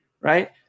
right